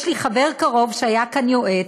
יש לי חבר קרוב שהיה כאן יועץ,